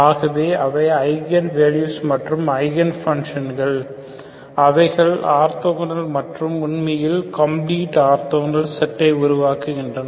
ஆகவே அவை eigen values மற்றும் ஐகன் பங்க்ஷன்கள் அவைகள் ஆர்தோகனல் மற்றும் உண்மையில் கம்ப்ளீட் ஆர்தோகனல் செட்டை உருவாக்குகின்றன